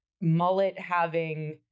mullet-having